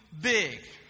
Big